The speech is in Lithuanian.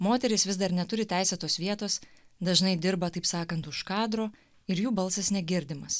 moterys vis dar neturi teisėtos vietos dažnai dirba taip sakant už kadro ir jų balsas negirdimas